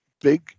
big